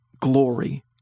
glory